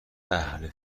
اهل